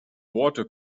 worte